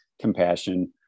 compassion